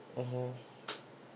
mmhmm